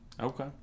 Okay